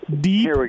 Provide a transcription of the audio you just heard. Deep